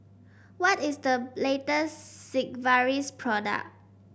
what is the latest Sigvaris product